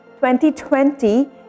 2020